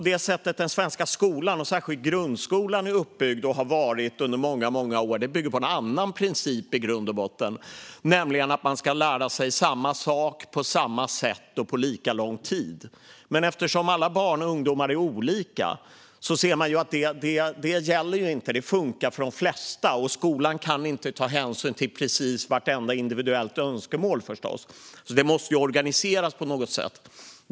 Det sätt som den svenska skolan och särskilt grundskolan är uppbyggd på och har varit under många år bygger på en annan princip i grund och botten, nämligen att man ska lära sig samma sak, på samma sätt och på lika lång tid. Men alla barn och ungdomar är olika. Det här funkar för de flesta, och skolan kan förstås inte ta hänsyn till vartenda individuellt önskemål och den måste vara organiserad på något sätt.